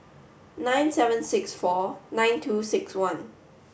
nine seven six four nine two six one